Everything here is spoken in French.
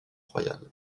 royale